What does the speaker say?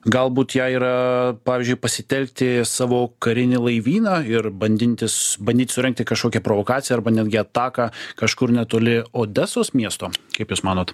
galbūt ją yra pavyzdžiui pasitelkti savo karinį laivyną ir bandintis bandyt surengti kažkokią provokaciją arba netgi ataką kažkur netoli odesos miesto kaip jūs manote